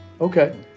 Okay